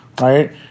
Right